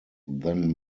then